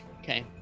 Okay